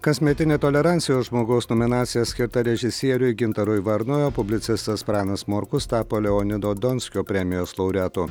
kasmetinė tolerancijos žmogaus nominacija skirta režisieriui gintarui varnui publicistas pranas morkus tapo leonido donskio premijos laureatu